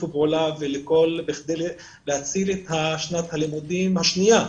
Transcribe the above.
פעולה כדי להציל את שנת הלימודים השנייה.